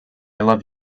love